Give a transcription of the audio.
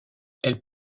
elles